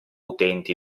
utenti